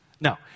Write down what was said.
No